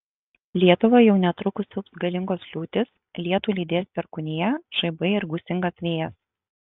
lietuvą jau netrukus siaubs galingos liūtys lietų lydės perkūnija žaibai ir gūsingas vėjas